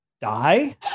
die